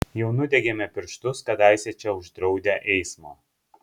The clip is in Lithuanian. jau nudegėme pirštus kadaise čia uždraudę eismą